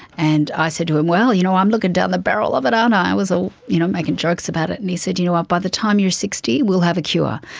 and i said, um well, you know i'm looking down the barrel of it aren't i. i was ah you know making jokes about it. and he said, you know what, by the time you're sixty, we'll have a cure.